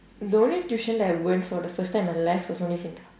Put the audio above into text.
the only tuition that I went for the first time in my life was only SINDA